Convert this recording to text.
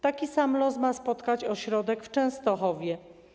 Taki sam los ma spotkać ośrodek w Częstochowie.